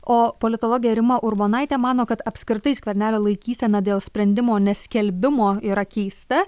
o politologė rima urbonaitė mano kad apskritai skvernelio laikysena dėl sprendimo neskelbimo yra keista